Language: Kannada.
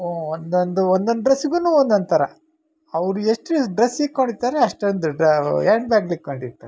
ಒಂದೊಂದು ಒಂದೊಂದು ಡ್ರೆಸ್ಗೂ ಒಂದೊಂದು ಥರ ಅವ್ರು ಎಷ್ಟು ಡ್ರೆಸ್ ಇಟ್ಕೊಂಡಿರ್ತಾರೆ ಅಷ್ಟೊಂದು ಆ್ಯಂಡ್ ಬ್ಯಾಗ್ಗಳು ಇಟ್ಕೊಂಡಿರ್ತಾರೆ